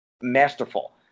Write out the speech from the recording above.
masterful